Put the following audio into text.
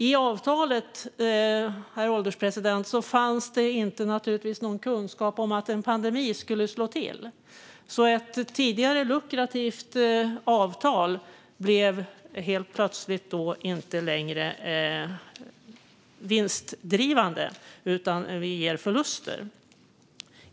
I avtalet, herr ålderspresident, fanns det naturligtvis ingen kunskap om att en pandemi skulle slå till, och ett tidigare lukrativt avtal blev alltså plötsligt inte vinstgivande utan genererade förluster.